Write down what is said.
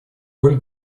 роль